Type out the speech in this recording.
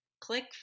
Click